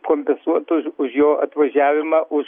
kompesuotų už jo atvažiavimą už